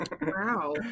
Wow